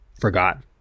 forgot